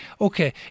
Okay